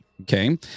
Okay